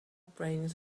brains